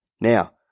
Now